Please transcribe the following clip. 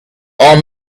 old